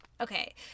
Okay